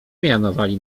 mianowali